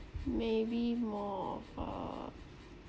maybe more of uh